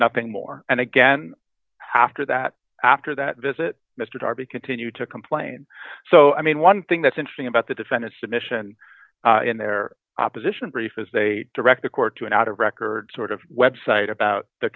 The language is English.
nothing more and again after that after that visit mr darby continued to complain so i mean one thing that's interesting about the defendant's admission in their opposition brief is they direct the court to an out of record sort of website about the